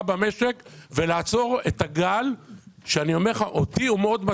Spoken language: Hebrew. במשק ולעצור את הגל שמטריד אותי מאוד.